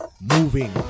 Moving